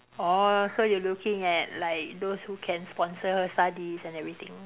orh so you looking at like those who can sponsor her studies and everything